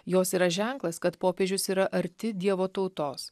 jos yra ženklas kad popiežius yra arti dievo tautos